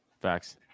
facts